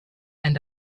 and